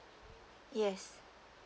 yes